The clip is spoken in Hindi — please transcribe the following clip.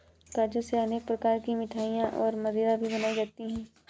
काजू से अनेक प्रकार की मिठाईयाँ और मदिरा भी बनाई जाती है